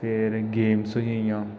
ते रिंग गेमां होई गेइयां